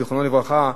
זיכרונו לברכה,